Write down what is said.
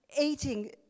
eating